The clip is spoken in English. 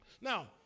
Now